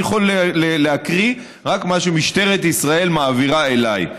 אני יכול להקריא רק מה שמשטרת ישראל מעבירה אליי.